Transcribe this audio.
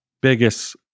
biggest